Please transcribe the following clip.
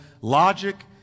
logic